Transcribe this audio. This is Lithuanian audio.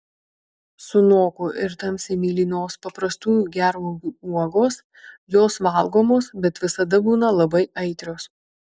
sunoko ir tamsiai mėlynos paprastųjų gervuogių uogos jos valgomos bet visada būna labai aitrios